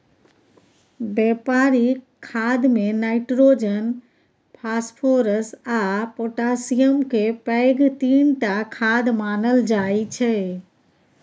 बेपारिक खादमे nitrogen, phosphorus आ पोटाशियमकेँ पैघ तीनटा खाद मानल जाइ छै